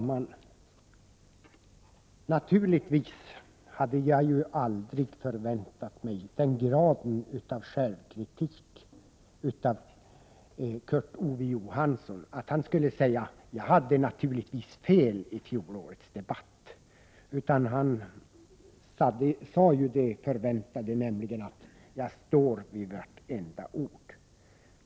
Fru talman! Givetvis hade jag aldrig förväntat mig någon grad av självkritik hos Kurt Ove Johansson så att han skulle säga att han naturligtvis hade fel i fjolårets debatt. Kurt Ove Johansson sade det som förväntades, nämligen att han står för vartenda ord.